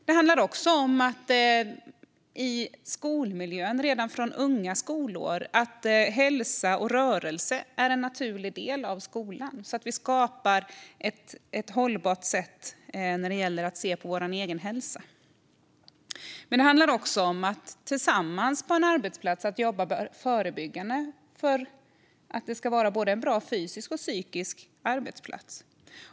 Det handlar också om att i skolmiljön, redan från unga skolår, låta hälsa och rörelse vara en naturlig del av skolan, så att vi skapar ett hållbart sätt att se på vår egen hälsa. Men det handlar också om att tillsammans på en arbetsplats jobba förebyggande för att få en både fysiskt och psykiskt bra arbetsplats.